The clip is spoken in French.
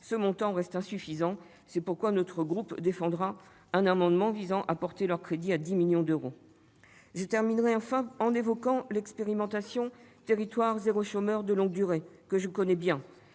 ce montant reste insuffisant. C'est pourquoi notre groupe défendra un amendement visant à porter leurs crédits à 10 millions d'euros. Pour terminer, j'évoquerai l'expérimentation « Territoires zéro chômeur de longue durée », que je connais bien.